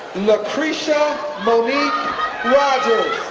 lucretia monique rogers,